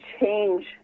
change